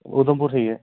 उधमपुर ठीक ऐ